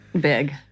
Big